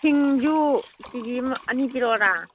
ꯁꯤꯡꯁꯨ ꯀꯦꯖꯤ ꯑꯃ ꯑꯅꯤ ꯄꯤꯔꯛꯑꯣꯔꯥ